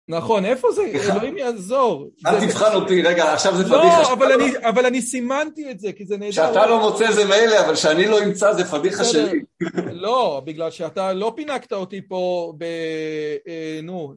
נכון, איפה זה? אלוהים יעזור. אל תבחן אותי, רגע, עכשיו זה פדיחה שלי. לא, אבל אני, אבל אני סימנתי את זה, כי זה נהדר. שאתה לא מוצא זה מילא, אבל שאני לא אמצא, זה פדיחה שלי. לא, בגלל שאתה לא פינקת אותי פה, ב... נו.